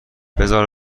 بزار